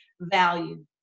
value